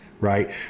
right